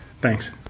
thanks